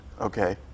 okay